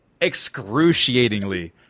excruciatingly